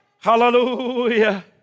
Hallelujah